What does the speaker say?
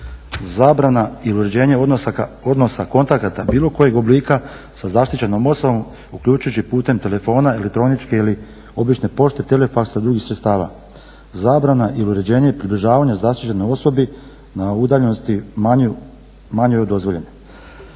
Zabrana i uređenje odnosa kontakata bilo kojeg oblika sa zaštićenom osobom uključujući putem telefona, elektronički ili obične pošte, telefaksa i drugih sredstava. Zabrana i uređenje i približavanje zaštićenoj osobi na udaljenosti manjoj od dozvoljene.